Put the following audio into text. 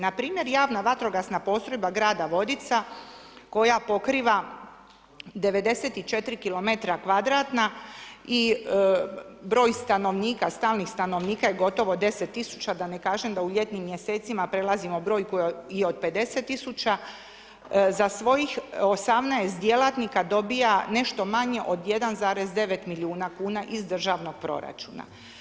Npr. javna vatrogasna postrojba grada Vodica koja pokriva 94km kvadratna i broj stanovnika, stalnih stanovnika je gotovo 10 tisuća, da ne kažem da u ljetnim mjesecima prelazimo brojku i od 50 tisuća, za svojih 18 djelatnika dobiva nešto manje od 1,9 milijuna kuna iz državnog proračuna.